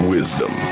Wisdom